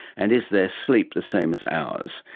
and is their sleep the same as ours?